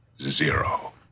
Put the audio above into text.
zero